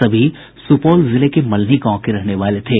सभी सुपौल जिले के मल्हनी गांव के रहने वाले थे